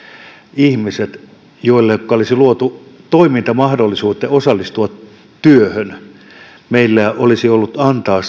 ihmisille joille olisi luotu toimintamahdollisuudet osallistua työhön meillä olisi ollut antaa